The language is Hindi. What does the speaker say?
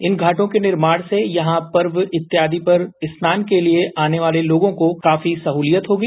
इन घाटों के निर्माण से यहां पर्व इत्यादि पर स्नान के लिए आने वाले लोगों को काफी सहलियत होगी